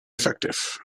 effective